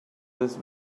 this